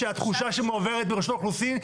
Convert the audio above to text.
שהתחושה שמועברת ברשות האוכלוסין,